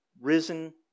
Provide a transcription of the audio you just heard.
risen